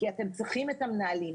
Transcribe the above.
כי אתם צריכים את המנהלים.